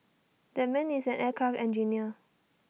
that man is an aircraft engineer